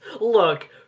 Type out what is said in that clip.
look